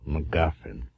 MacGuffin